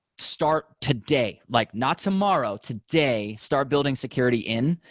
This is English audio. start today. like not tomorrow, today. start building security in.